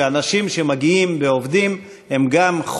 שאנשים שמגיעים ועובדים הם גם,